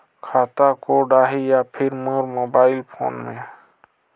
खाता कोड आही या फिर मोर मोबाइल फोन मे?